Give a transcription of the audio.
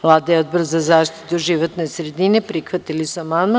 Vlada i Odbor za zaštitu životne sredine prihvatili su amandman.